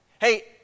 hey